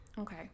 Okay